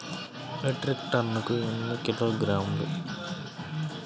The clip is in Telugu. మెట్రిక్ టన్నుకు ఎన్ని కిలోగ్రాములు?